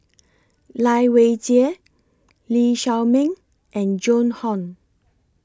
Lai Weijie Lee Shao Meng and Joan Hon